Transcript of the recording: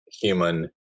human